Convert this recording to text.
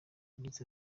yagize